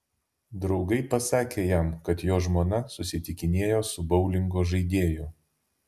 draugai pasakė jam kad jo žmona susitikinėjo su boulingo žaidėju